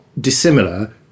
dissimilar